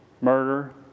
murder